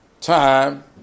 time